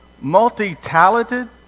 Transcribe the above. multi-talented